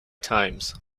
times